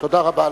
תודה רבה לך.